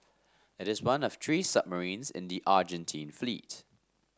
it is one of three submarines in the Argentine fleet